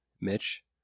Mitch